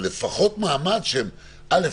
אבל לפחות מעמד שהם אל"ף,